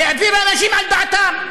העבירה אנשים על דעתם.